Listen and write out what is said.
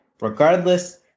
regardless